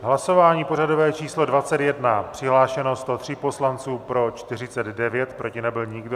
Hlasování pořadové číslo 21, přihlášeno 103 poslanců, pro 49, proti nebyl nikdo.